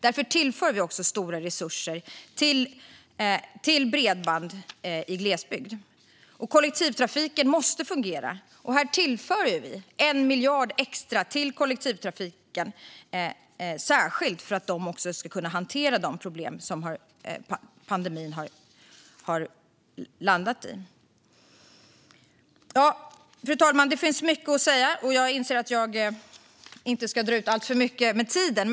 Därför tillför vi stora resurser till bredband i glesbygd. Kollektivtrafiken måste fungera. Vi tillför en extra miljard till kollektivtrafiken för att de ska kunna hantera de problem som pandemin har medfört. Fru talman! Det finns mycket att säga. Jag inser att jag inte ska dra ut alltför mycket på tiden.